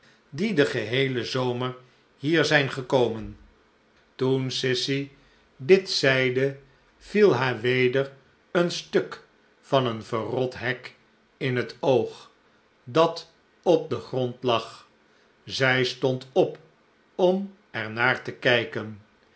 die den geheelen zomer hier zijn gekomen toen sissy dit zeide viel haar weder een stuk van eeu verrot hek in het oog dat op den grond lag zij stond op om er naar te kijken